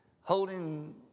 holding